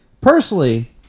Personally